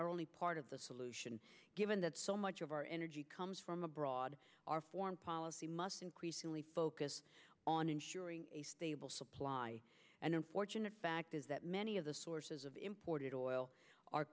only part of the solution given that so much of our energy comes from abroad our foreign policy must increasingly focused on ensuring a stable supply and unfortunate fact is that many of the sources of imported oil are